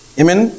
amen